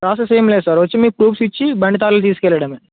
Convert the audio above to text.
process ఏం లేదు sir వచ్చి మీరు ప్రూఫ్స్ ఇచ్చి బండి తాళ్ళాలు తీసుకెళ్ళడమే